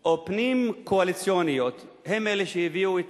או פנים-קואליציוניות הן אלה שהביאו את